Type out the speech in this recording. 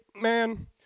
Man